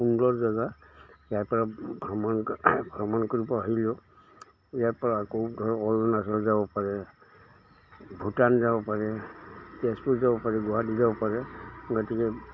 সুন্দৰ জেগা ইয়াৰপৰা ভ্ৰমণ ভ্ৰমণ কৰিব আহিলেও ইয়াৰপৰা আকৌ ধৰক অৰুণাচল যাব পাৰে ভূটান যাব পাৰে তেজপুৰ যাব পাৰে গুৱাহাটী যাব পাৰে গতিকে